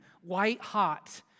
white-hot